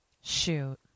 Shoot